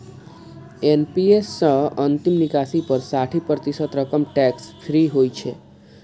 NPS सं अंतिम निकासी पर साठि प्रतिशत रकम टैक्स फ्री होइ छै